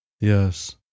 yes